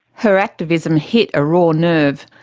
her activism hit a raw nerve.